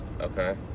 Okay